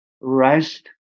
rest